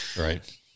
Right